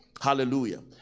Hallelujah